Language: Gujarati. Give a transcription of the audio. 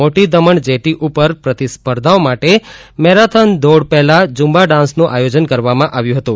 મોટી દમણ જેટી ઉપર પ્રતિસ્પર્દાઓ માટે મેરેથોન દોડ પહેલા જુમ્બા ડાન્સનુ આયોજન રાખવામાં આવ્યુ